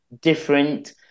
different